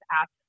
ask